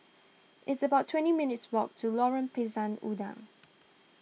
it's about twenty minutes' walk to Lorong Pisang Udang